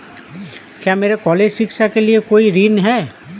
क्या मेरे कॉलेज शिक्षा के लिए कोई ऋण है?